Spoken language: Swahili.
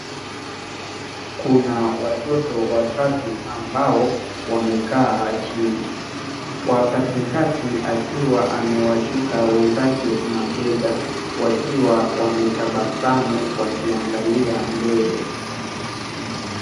Kuna watoto watatu ambao wamekaa chini, wa katikati akiwa amewashika wenzake mabega, wakiwa wametabasamu wakiangalia mbele.